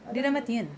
ada lagi